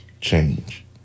change